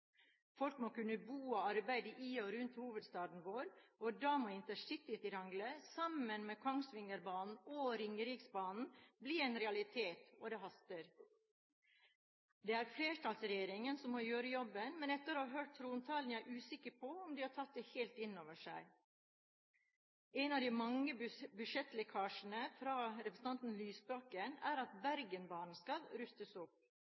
Folk må kunne bo og arbeide i og rundt hovedstaden vår, og da må intercitytriangelet sammen med Kongsvingerbanen og Ringeriksbanen bli en realitet – og det haster. Det er flertallsregjeringen som må gjøre jobben, men etter å ha hørt trontalen er jeg usikker på om de har tatt det helt inn over seg. En av de mange budsjettlekkasjene fra representanten Lysbakken er at Bergensbanen skal rustes opp.